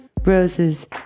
roses